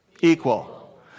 Equal